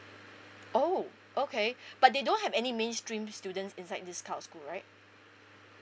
oh okay but they don't have any mainstream students inside this kind of school right